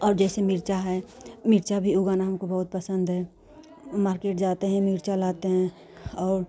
और जैसे मिर्चा है मिर्चा भी उगाना हमको बहुत पसंद है मार्केट जाते हैं मिर्चा लाते हैं और